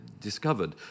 discovered